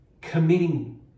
committing